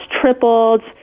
tripled